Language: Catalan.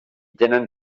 tenen